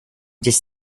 just